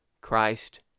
Christ